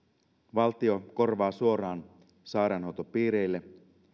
valtio korvaa suoraan sairaanhoitopiireille